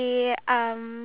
oh really